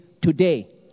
today